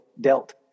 dealt